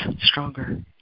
stronger